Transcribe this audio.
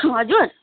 हजुर